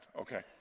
Okay